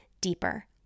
deeper